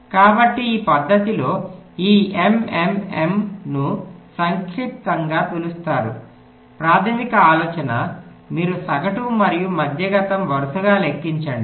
కాబట్టి ఈ పద్ధతిలో ఈ MMM ను సంక్షిప్తంగా పిలుస్తారు ప్రాథమిక ఆలోచన మీరు సగటు మరియు మధ్యగతంmean median వరుసగా లెక్కించండి